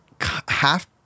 half